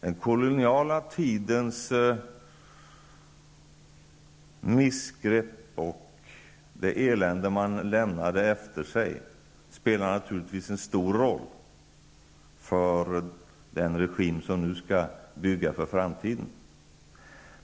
Den koloniala tidens missgrepp och det elände man lämnade efter sig spelar naturligtvis en stor roll för den regim som nu skall bygga för framtiden.